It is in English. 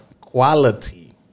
quality